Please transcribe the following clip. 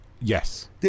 Yes